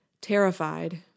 Terrified